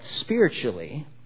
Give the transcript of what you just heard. spiritually